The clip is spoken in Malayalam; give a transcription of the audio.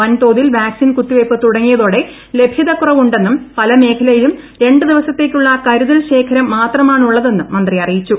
വൻതോതിൽ വാക്സിൻ കുത്തിവയ്പ്പ് തുടങ്ങിയതോടെ ലഭൃതക്കുറവുണ്ടെന്നും പല മേഖലയിലും രണ്ട് ് ദിവസത്തേക്കുള്ള കരുതൽ ശേഖരം മാത്രമാണുള്ളതെന്നും മന്ത്രി അറിയിച്ചു